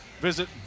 Visit